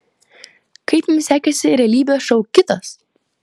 kaip jums sekėsi realybės šou kitas